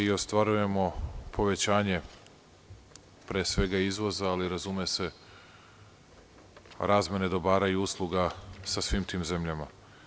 Ostvarujemo povećanje pre svega izvoza, ali razume se, razmene dobara i usluga sa svim tim zemljama.